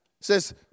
Says